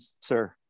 sir